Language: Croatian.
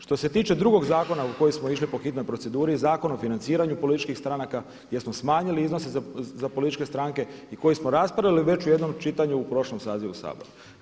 Što se tiče drugog zakona u koji smo išli po hitnoj proceduri, Zakon o financiranju političkih stranaka gdje smo smanjili iznose za političke stranke i koji smo raspravili već u jednom čitanju u prošlom sazivu Sabora.